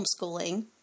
homeschooling